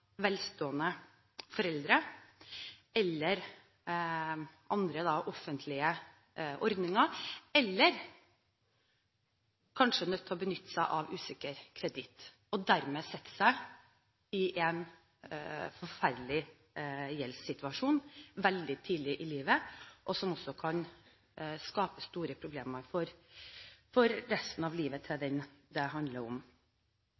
velstående foreldre eller av offentlige ordninger, eller de er kanskje nødt til å benytte seg av usikker kreditt og dermed sette seg i en forferdelig gjeldssituasjon veldig tidlig i livet, noe som også kan skape store problemer for resten av livet.